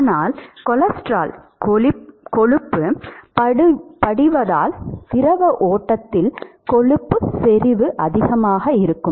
ஆனால் கொலஸ்ட்ரால் கொழுப்பு படிவதால் திரவ ஓட்டத்தில் கொழுப்பு செறிவு அதிகமாக இருக்கும்